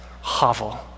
hovel